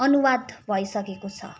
अनुवाद भइसकेको छ